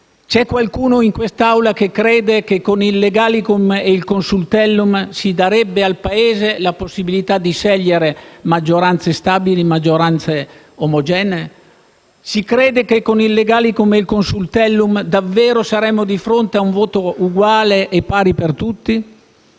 Qualcuno in quest'Aula crede che con il Legalicum o il Consultellum si darebbe al Paese la possibilità di scegliere maggioranze stabili e omogenee? Si crede che con il Legalicum e il Consultellum davvero saremmo di fronte a un voto uguale e pari per tutti?